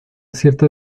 cierta